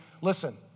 listen